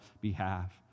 behalf